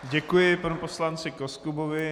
Děkuji panu poslanci Koskubovi.